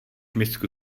misku